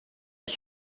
ich